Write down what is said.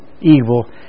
evil